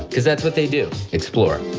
because that's what they do, explore!